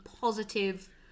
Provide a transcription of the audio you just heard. positive